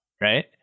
Right